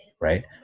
right